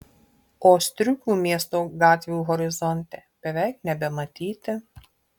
o striukių miesto gatvių horizonte beveik nebematyti